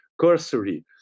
cursory